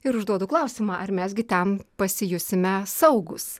ir užduodu klausimą ar mes gi ten pasijusime saugūs